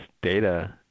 data